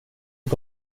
att